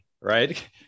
right